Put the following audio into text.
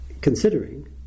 considering